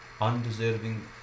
undeserving